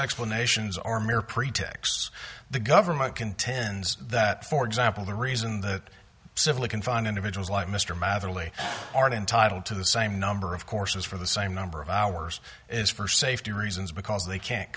explanations are mere pretext the government contends that for example the reason that civil confined individuals like mr mattingly aren't entitled to the same number of courses for the same number of hours is for safety reasons because they can't